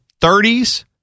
30s